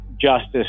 justice